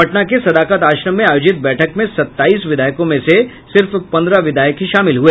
पटना के सदाकत आश्रम में आयोजित बैठक में सताईस विधायकों में से सिर्फ पन्द्रह विधायक ही शामिल हुए